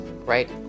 right